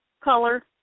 color